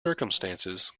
circumstances